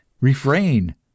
Refrain